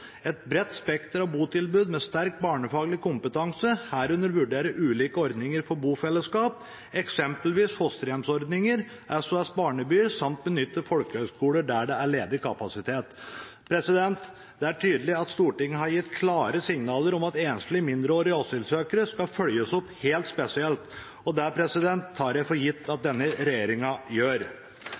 bofellesskap, eksempelvis fosterhjemsordninger, SOS Barnebyer samt benytte folkehøyskoler der det er ledig kapasitet.» Det er tydelig at Stortinget har gitt klare signaler om at enslige mindreårige asylsøkere skal følges opp helt spesielt, og det tar jeg for gitt at denne regjeringen gjør.